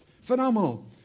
Phenomenal